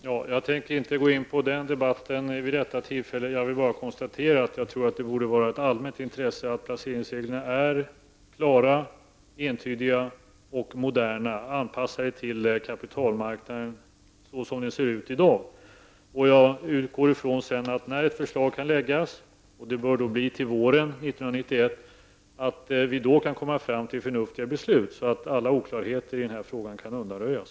Herr talman! Jag tänker inte gå in på den debatten vid detta tillfälle utan vill bara konstatera att det borde vara ett allmänt intresse att placeringsreglerna är klara, entydiga och moderna, anpassade till kapitalmarknaden som den ser ut i dag. Jag utgår ifrån att vi när ett förslag kan läggas fram, och det bör bli våren 1991, kan komma fram till förnuftiga beslut, så att alla oklarheter på det här området kan undanröjas.